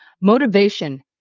Motivation